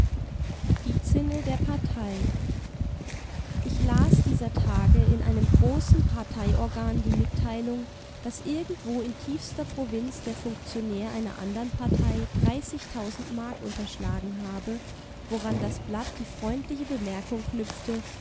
die zinne der partei ich las dieser tage in einem großen parteiorgan die mitteilung daß irgendwo in tiefster provinz der funktionär einer andern partei mark unterschlagen habe woran das blatt die freundliche bemerkung knüpfte